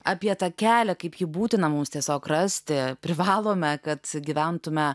apie tą kelią kaip ji būtina mums tiesiog rasti privalome kad gyventumėme